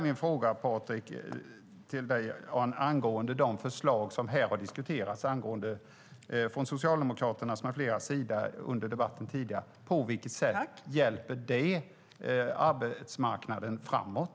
Min fråga till Patrik Björck gäller de förslag från Socialdemokraterna med flera som har diskuterats under debatten. På vilket sätt hjälper dessa arbetsmarknaden framåt?